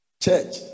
Church